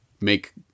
make